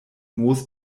moos